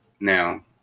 Now